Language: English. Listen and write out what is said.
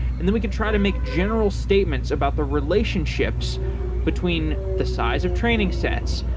and then we could try to make general statements about the relationships between the size of training sets,